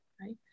right